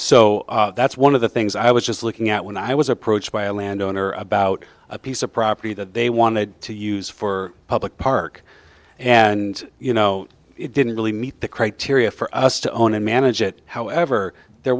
so that's one of the things i was just looking at when i was approached by a land owner about a piece of property that they wanted to use for a public park and you know it didn't really meet the criteria for us to own and manage it however there